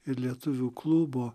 ir lietuvių klubo